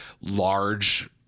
large